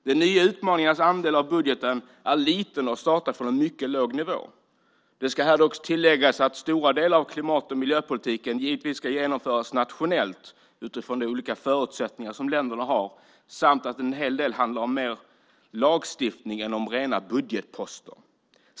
De nya utmaningarnas andel av budgeten är liten och startar från en mycket låg nivå. Det ska dock tilläggas att stora delar av klimat och miljöpolitiken givetvis ska genomföras nationellt utifrån ländernas olika förutsättningar samt att en hel del handlar mer om lagstiftning än om rena budgetposter.